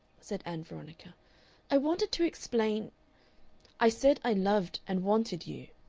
said ann veronica i wanted to explain i said i loved and wanted you.